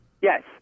Yes